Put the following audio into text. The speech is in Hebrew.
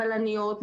בלניות,